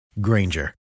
Granger